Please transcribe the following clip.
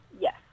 Yes